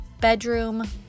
bedroom